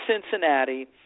Cincinnati